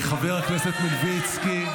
--- חבר הכנסת מלביצקי.